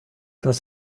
das